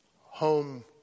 Home